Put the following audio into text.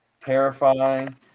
terrifying